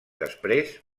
després